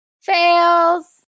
Fails